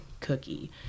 cookie